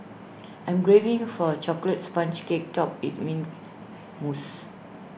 I'm craving for A Chocolates Sponge Cake Topped with Mint Mousse